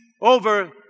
over